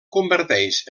converteix